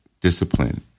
discipline